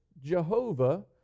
Jehovah